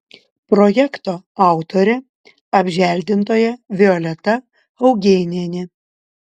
projekto autorė apželdintoja violeta augėnienė